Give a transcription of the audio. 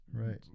Right